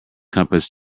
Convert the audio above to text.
compass